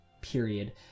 period